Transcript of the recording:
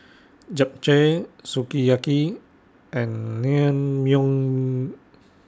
Japchae Sukiyaki and Naengmyeon